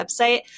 website